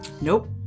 Nope